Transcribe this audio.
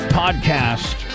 podcast